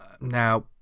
Now